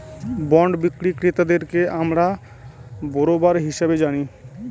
bond বিক্রি ক্রেতাদেরকে আমরা বেরোবার হিসাবে জানি